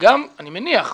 אני מניח,